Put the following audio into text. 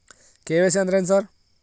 KYC ಅಂದ್ರೇನು sir?